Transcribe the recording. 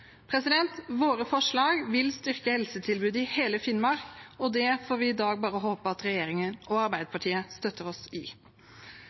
Våre forslag vil styrke helsetilbudet i hele Finnmark, og det får vi i dag bare håpe at regjeringen og Arbeiderpartiet støtter oss i.